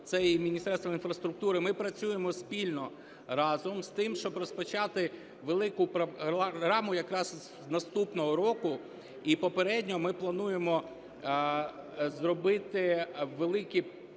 це і Міністерство інфраструктури. Ми працюємо спільно разом з тим, щоб розпочати велику програму якраз наступного року. І попередньо ми плануємо зробити декілька